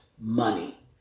money